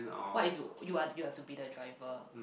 what if you you are you have to be the driver